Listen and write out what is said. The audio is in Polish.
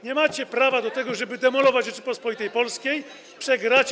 nie macie prawa do tego, żeby demolować Rzeczpospolitą Polską.